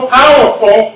powerful